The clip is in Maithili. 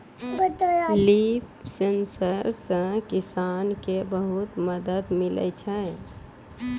लिफ सेंसर से किसान के बहुत मदद मिलै छै